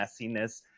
messiness